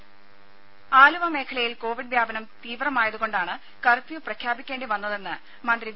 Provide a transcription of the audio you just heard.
രേര ആലുവ മേഖലയിൽ കോവിഡ് വ്യാപനം തീവ്രമായതുകൊണ്ടാണ് കർഫ്യൂ പ്രഖ്യാപിക്കേണ്ടി വന്നതെന്ന് മന്ത്രി വി